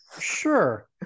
Sure